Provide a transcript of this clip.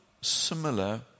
similar